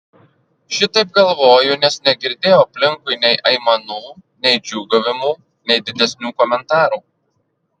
šitaip galvoju nes negirdėjau aplinkui nei aimanų nei džiūgavimų nei didesnių komentarų